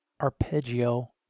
arpeggio